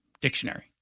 dictionary